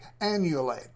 annually